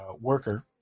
worker